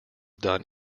done